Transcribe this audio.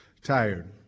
tired